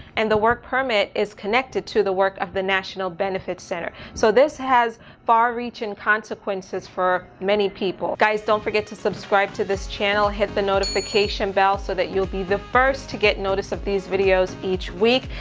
and the work permit is connected to the work of the national benefit center. so this has far reaching consequences for many people. guys, don't forget to subscribe to this channel, hit the notification bell, so that you'll be the first to get notice of these videos each week.